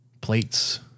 plates